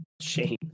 Shane